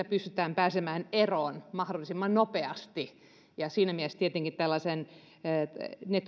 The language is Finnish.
pystytään pääsemään eroon mahdollisimman nopeasti ja siinä mielessä tietenkin ne